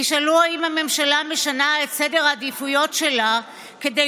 תשאלו: האם הממשלה משנה את סדר העדיפויות שלה כדי